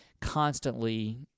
constantly